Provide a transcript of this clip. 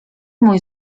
mój